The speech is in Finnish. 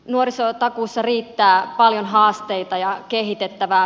nuorisotakuussa riittää paljon haasteita ja kehitettävää